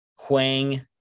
huang